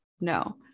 No